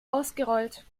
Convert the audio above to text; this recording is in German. ausgerollt